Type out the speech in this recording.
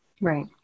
right